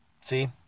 see